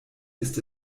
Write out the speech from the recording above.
ist